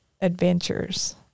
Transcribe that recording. adventures